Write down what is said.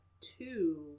two